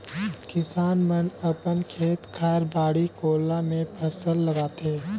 किसान मन अपन खेत खायर, बाड़ी कोला मे फसल लगाथे